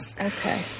Okay